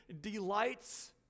delights